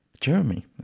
Jeremy